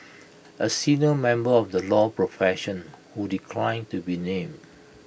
A senior member of the law profession who declined to be named